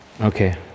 Okay